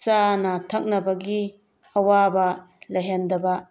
ꯆꯥꯅ ꯊꯛꯅꯕꯒꯤ ꯑꯋꯥꯕ ꯂꯩꯍꯟꯗꯕ